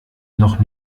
noch